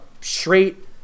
straight